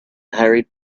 hurried